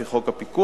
לפי חוק הפיקוח,